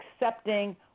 accepting